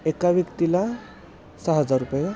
एका व्यक्तीला सहा हजार रुपये